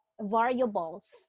variables